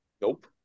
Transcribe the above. Nope